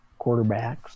quarterbacks